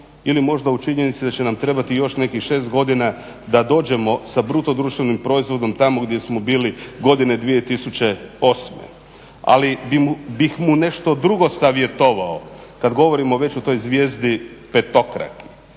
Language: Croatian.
ili možda o činjenici da će nam trebati još nekih 6 godina da dođemo sa BDP tamo gdje smo bili godine 2008., ali bih mu nešto drugo savjetovao kad govorimo već o toj zvijezdi petokraki.